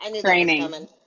training